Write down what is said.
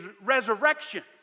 resurrection